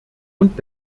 und